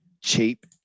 cheap